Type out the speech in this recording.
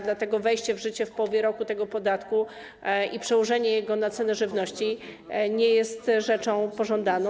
Dlatego wejście w życie w połowie roku tego podatku i przełożenie go na ceny żywności nie jest rzeczą pożądaną.